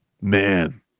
Man